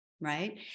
Right